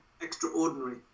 extraordinary